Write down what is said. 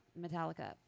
Metallica